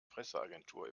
presseagentur